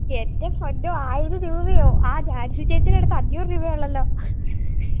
എൻ്റെ പൊന്നോ ആയിരം രൂപയോ ആ ജാൻസി ചേച്ചിയുടെ അടുത്ത് അഞ്ഞൂറ് രൂപയേ ഉള്ളല്ലോ